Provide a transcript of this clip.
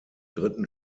dritten